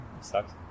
sucks